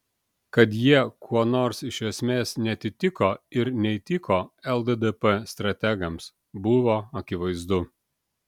kad jie kuo nors iš esmės neatitiko ir neįtiko lddp strategams buvo akivaizdu